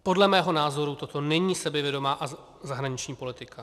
Podle mého názoru toto není sebevědomá zahraniční politika.